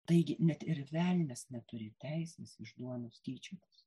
taigi net ir velnias neturi teisės iš duonos tyčiotis